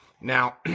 now